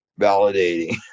validating